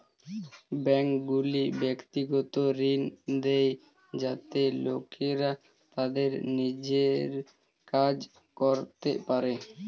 ব্যাঙ্কগুলি ব্যক্তিগত ঋণ দেয় যাতে লোকেরা তাদের নিজের কাজ করতে পারে